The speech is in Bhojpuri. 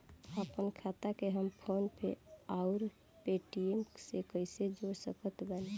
आपनखाता के हम फोनपे आउर पेटीएम से कैसे जोड़ सकत बानी?